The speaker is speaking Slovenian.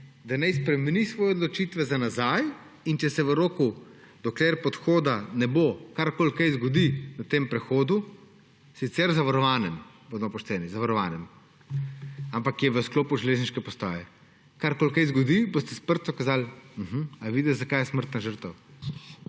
da naj spremeni svoje odločitve za nazaj in če se v roku, dokler podhoda ne bo, karkoli zgodi na tem prehodu, sicer zavarovanem – bodimo pošteni, zavarovanem –, ampak je v sklopu železniške postaje, če se karkoli zgodi, boste s prstom kazali, mhm, a vidiš, zakaj je smrtna žrtev.